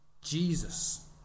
jesus